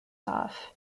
off